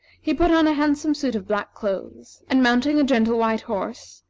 he put on a handsome suit of black clothes, and mounting a gentle white horse,